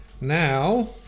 now